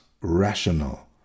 rational